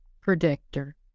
predictor